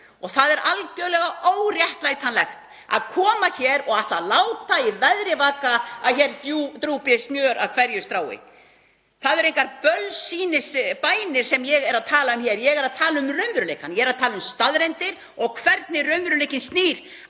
og það er algjörlega óréttlætanlegt að koma hér og ætla að láta í veðri vaka að hér drjúpi smjör af hverju strái. Það eru engar bölsýnisbænir sem ég er að tala um hér. Ég er að tala um raunveruleikann. Ég er að tala um staðreyndir og hvernig raunveruleikinn snýr